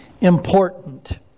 important